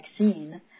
vaccine